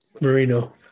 Marino